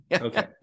Okay